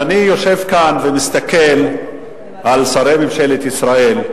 כשאני יושב כאן ומסתכל על שרי ממשלת ישראל,